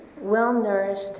well-nourished